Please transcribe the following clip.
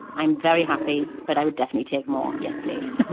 i'm very happy, but i would definitely take more yes, please. let's